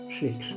six